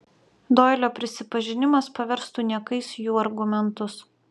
doilio prisipažinimas paverstų niekais jų argumentus